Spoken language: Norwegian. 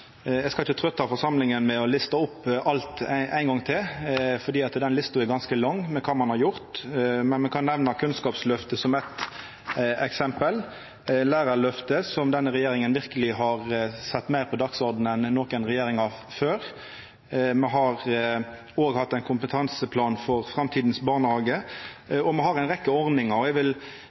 Eg skal ikkje trøytta forsamlinga med å lista opp alt ein har gjort, ein gong til, for den lista er ganske lang, men eg kan nemna Kunnskapsløftet som eitt eksempel og Lærarløftet, som denne regjeringa verkeleg har sett meir på dagsordenen enn nokon regjeringar før. Me har òg hatt ein kompetanseplan for framtidas barnehage, og me har ei rekkje ordningar. Eg vil